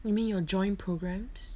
you mean your joint programmes